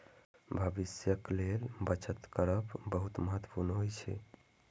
भविष्यक लेल बचत करब बहुत महत्वपूर्ण होइ छै